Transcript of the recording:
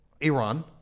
Iran